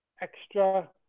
extra